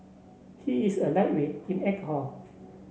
he is a lightweight in alcohol